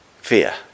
Fear